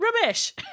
rubbish